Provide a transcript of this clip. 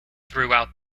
throughout